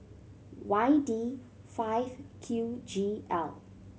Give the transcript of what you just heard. Y D five Q G L